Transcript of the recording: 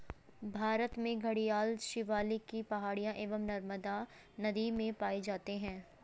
भारत में घड़ियाल शिवालिक की पहाड़ियां एवं नर्मदा नदी में पाए जाते हैं